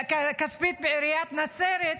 כספית בעיריית נצרת,